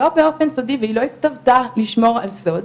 לא באופן סודי והיא לא הצטוותה לשמור על סוד,